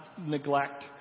neglect